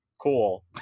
Cool